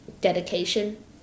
dedication